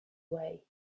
way